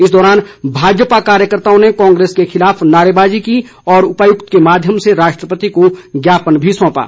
इस दौरान भाजपा कार्यकर्ताओं ने कांग्रेस ने खिलाफ नारेबाजी की और उपायुक्त के माध्यम से राष्ट्रपति को ज्ञापन भी सौंपा